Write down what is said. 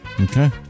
Okay